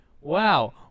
Wow